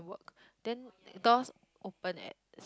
work then doors open at